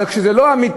אבל זה כשזה לא אמיתי,